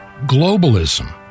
globalism